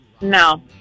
No